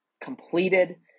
completed